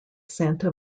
santa